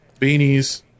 beanies